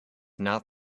not